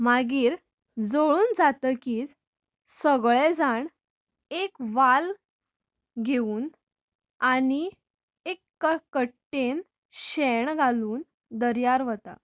मागीर जोळून जातकीर सगळें जाण एक व्हाल घेवून आनी एका कट्टेन शेण घालून दर्यार वतात